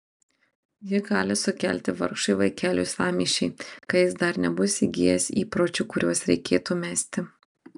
ji gali sukelti vargšui vaikeliui sąmyšį kai jis dar nebus įgijęs įpročių kuriuos reikėtų mesti